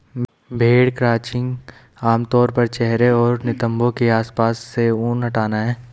भेड़ क्रचिंग आम तौर पर चेहरे और नितंबों के आसपास से ऊन हटाना है